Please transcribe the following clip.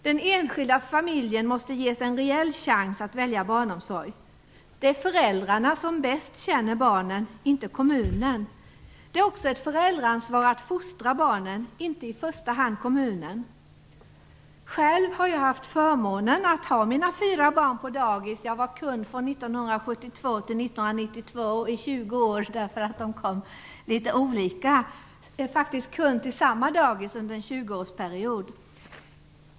Den enskilda familjen måste ges en reell chans att välja barnomsorg. Det är föräldrarna som bäst känner barnen, inte kommunen. Det är också föräldrarnas ansvar att fostra barnen, inte i första hand kommunens. Själv har jag haft förmånen att ha mina fyra barn på dagis. Jag var kund 1972-1992. Eftersom barnen kom vid litet olika tidpunkter har jag faktiskt varit kund till samma dagis under en 20-årsperiod.